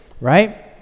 right